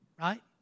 Right